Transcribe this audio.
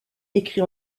écrit